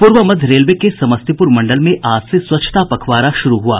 पूर्व मध्य रेलवे के समस्तीपुर मंडल में आज से स्वच्छता पखवाड़ा शुरू हुआ